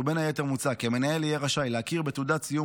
ובין היתר מוצע כי המנהל יהיה רשאי להכיר בתעודת סיום